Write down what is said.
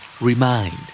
Remind